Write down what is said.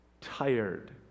tired